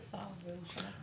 - כן,